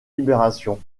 libération